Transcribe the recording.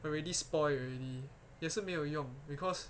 already spoil already 也是没有用 because